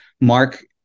Mark